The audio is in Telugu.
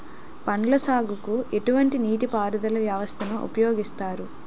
పండ్ల సాగుకు ఎటువంటి నీటి పారుదల వ్యవస్థను ఉపయోగిస్తారు?